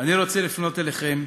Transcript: אני רוצה לפנות אליכם,